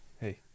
Hey